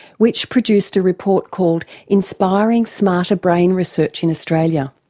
which produced a report called inspiring smarter brain research in australia.